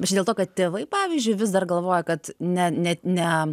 bet čia dėl to kad tėvai pavyzdžiui vis dar galvoja kad ne ne ne